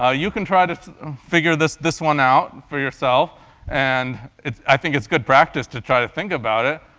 ah you can try to to figure this this one out for yourself and i think it's good practice to try to think about it,